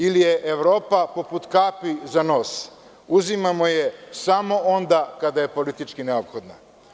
Ili je Evropa poput kapi za nos, uzimamo je samo onda kada je politički neophodna?